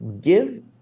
give